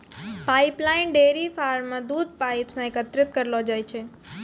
pipeline dairy farm म दूध pipe सें एकत्रित करलो जाय छै